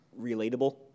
relatable